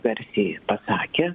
garsiai pasakė